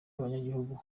abanyagihugu